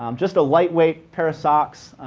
um just a lightweight pair of socks.